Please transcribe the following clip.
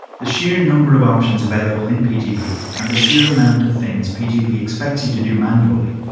the sheer number of options available in pgp and the sheer amount of things pgp expects you to do manually,